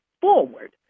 forward